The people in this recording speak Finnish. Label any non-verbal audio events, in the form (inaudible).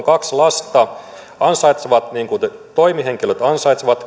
(unintelligible) kaksi lasta jotka ansaitsevat niin kuin toimihenkilöt ansaitsevat